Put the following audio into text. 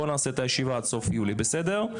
בואו נעשה את הישיבה עד סוף יולי, בסדר?